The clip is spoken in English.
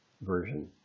version